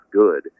good